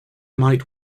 might